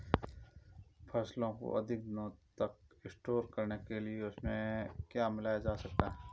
फसलों को अधिक दिनों तक स्टोर करने के लिए उनमें क्या मिलाया जा सकता है?